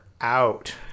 out